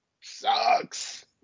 sucks